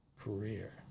career